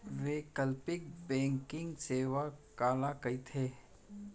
वैकल्पिक बैंकिंग सेवा काला कहिथे?